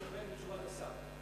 אני מסתפק בתשובת השר.